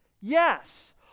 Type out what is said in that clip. yes